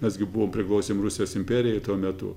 mes gi buvom priklausėm rusijos imperijai tuo metu